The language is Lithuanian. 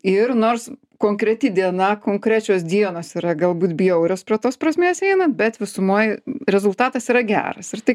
ir nors konkreti diena konkrečios dienos yra galbūt bjaurios prie tos prasmės einant bet visumoj rezultatas yra geras ir tai